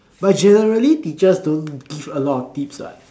but generally teachers don't give a lot of tips what